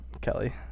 Kelly